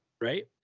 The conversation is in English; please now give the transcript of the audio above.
Right